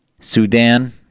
Sudan